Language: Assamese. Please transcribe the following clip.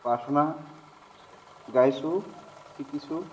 প্ৰাৰ্থনা গাইছোঁ শিকিছোঁ